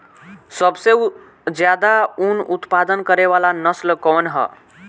सबसे ज्यादा उन उत्पादन करे वाला नस्ल कवन ह?